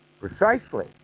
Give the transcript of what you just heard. Precisely